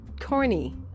corny